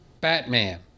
Batman